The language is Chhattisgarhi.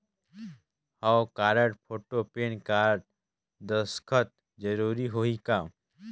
हव कारड, फोटो, पेन कारड, दस्खत जरूरी होही का?